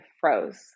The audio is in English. froze